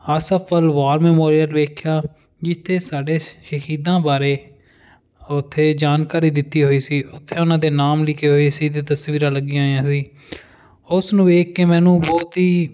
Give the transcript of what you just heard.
ਆਸਫ ਅਲਵਾਰ ਮੈਮੋਰੀਅਲ ਵੇਖਿਆ ਜਿੱਥੇ ਸਾਡੇ ਸ਼ਹੀਦਾਂ ਬਾਰੇ ਉੱਥੇ ਜਾਣਕਾਰੀ ਦਿੱਤੀ ਹੋਈ ਸੀ ਉੱਥੇ ਉਹਨਾਂ ਦੇ ਨਾਮ ਲਿਖੇ ਹੋਏ ਸੀ ਅਤੇ ਤਸਵੀਰਾਂ ਲੱਗੀਆਂ ਹੋਈਆਂ ਸੀ ਉਸ ਨੂੰ ਵੇਖ ਕੇ ਮੈਨੂੰ ਬਹੁਤ ਹੀ